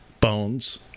bones